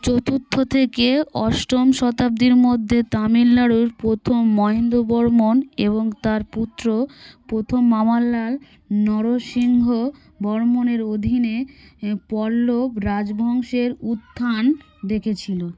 চতুর্থ থেকে অষ্টম শতাব্দীর মধ্যে তামিলনাড়ুর প্রথম মহেন্দ্রবর্মণ এবং তার পুত্র প্রথম মামাল্লাল নরসিংহবর্মণের অধীনে পল্লব রাজবংশের উত্থান দেখেছিল